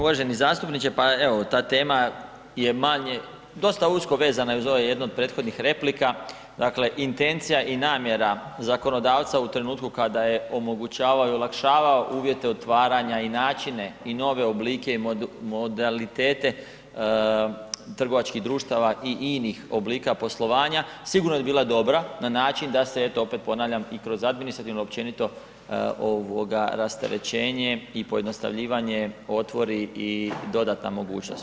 Uvaženi zastupniče, pa evo ta tema je manje, dosta usko vezana i uz ove jednu od prethodnih replika, dakle intencija i namjera zakonodavca u trenutku kada je omogućavao i olakšavao uvjete otvaranja i načine i nove oblike i modalitete trgovačkih društava i inih oblika poslovanja sigurno je bila dobra, na način da se eto opet ponavljam i kroz administrativno, općenito ovoga rasterećenje i pojednostavljivanje otvori i dodatna mogućnost.